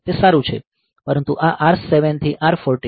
તે સારું છે પરંતુ આ R7 થી R14